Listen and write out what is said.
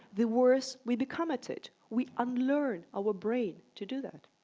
the worse we become at it, we unlearn our brain to do that.